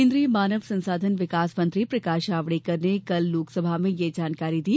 केन्द्रीय मानव संसाधन विकास मंत्री प्रकाश जावड़ेकर ने कल लोकसभा में ये जानकारी दी